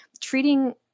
treating